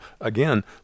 again